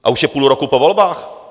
A už je půl roku po volbách.